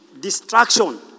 Destruction